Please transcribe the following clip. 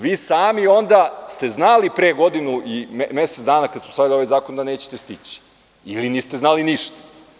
Vi ste sami znali pre godinu i mesec dana kada smo usvajali ovaj zakon da nećete stići, ili niste znali ništa?